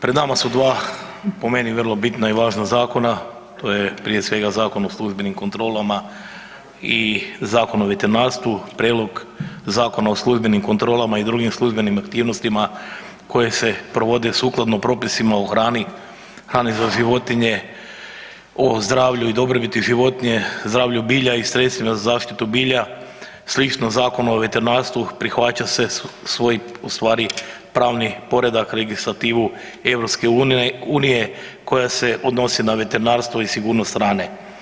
Pred nama su dva po meni vrlo bitna i važna zakona, to je prije svega Zakon o službenim kontrolama i Zakon o veterinarstvu, Prijedlog Zakona o službenim kontrolama i drugim službenim aktivnostima koje se provode sukladno propisima o hrani, hrani za životinje, o zdravlju i dobrobiti životinja, zdravlju bilja i sredstvima za zaštitu bilja, slično Zakon o veterinarstvu, prihvaća se ustvari pravni poredak i legislativu EU-a koja se odnosi na veterinarstvo i sigurnost hrane.